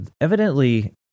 evidently